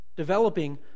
developing